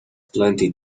plenty